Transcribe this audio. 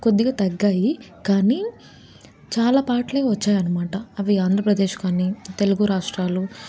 కొద్దిగ తగ్గాయి కానీ చాలా పాటలే వచ్చాయన్నమాట అవి ఆంధ్రప్రదేశ్ కాని తెలుగు రాష్ట్రాలు